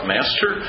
Master